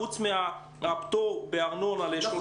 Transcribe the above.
חוץ מהפטור מארנונה לשלושה חודשים.